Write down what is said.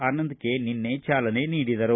ಆನಂದ K ನಿನ್ನೆ ಚಾಲನೆ ನೀಡಿದರು